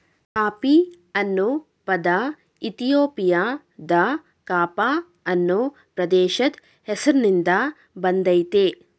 coffee ಅನ್ನೊ ಪದ ಇಥಿಯೋಪಿಯಾದ ಕಾಫ ಅನ್ನೊ ಪ್ರದೇಶದ್ ಹೆಸ್ರಿನ್ದ ಬಂದಯ್ತೆ